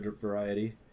variety